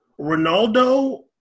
Ronaldo